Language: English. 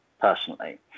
personally